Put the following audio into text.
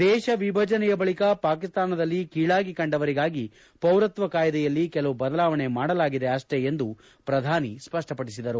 ದೇಶ ವಿಭಜನೆಯ ಬಳಿಕ ಪಾಕಿಸ್ತಾನದಲ್ಲಿ ಕೀಳಾಗಿ ಕಂಡವರಿಗಾಗಿ ಪೌರತ್ವ ಕಾಯಿದೆಯಲ್ಲಿ ಕೆಲವು ಬದಲಾವಣೆ ಮಾಡಲಾಗಿದೆ ಅಷ್ಟೇ ಎಂದು ಪ್ರಧಾನಿ ಸ್ಪಷ್ಟಪಡಿಸಿದರು